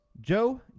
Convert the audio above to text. Joe